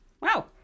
Wow